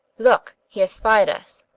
look, he has spied us.